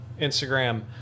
Instagram